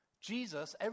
Jesus